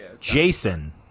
Jason